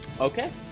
Okay